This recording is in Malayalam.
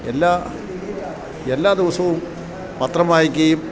എല്ലാ എല്ലാ ദിവസവും പത്രം വായിക്കുകയും